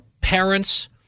parents